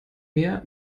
mehr